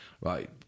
right